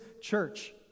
church